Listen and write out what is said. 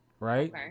Right